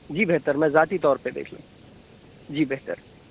جی بہتر میں ذاتی طور پہ دیکھ لوں جی بہتر